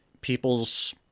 people's